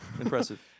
impressive